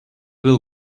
will